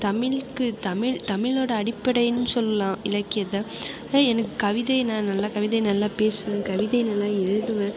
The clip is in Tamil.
தமிழுக்கு தமிழ் தமிழோட அடிப்படைன்னு சொல்லலாம் இலக்கியத்தை ஆனால் எனக்கு கவிதை நான் நல்லா கவிதை நல்லா பேசுவேன் கவிதை நல்லா எழுதுவேன்